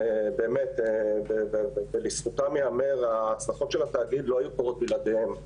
ובאמת לזכותם ייאמר שההצלחות של התאגיד לא היו קורות בלעדיהם.